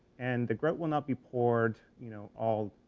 and the grout will not be poured, you know, all,